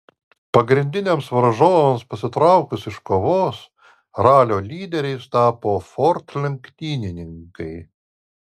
pagrindiniams varžovams pasitraukus iš kovos ralio lyderiais tapo ford lenktynininkai